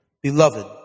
Beloved